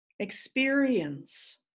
experience